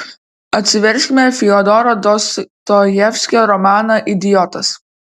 atsiverskime fiodoro dostojevskio romaną idiotas